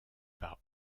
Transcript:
par